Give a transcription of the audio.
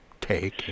take